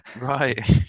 right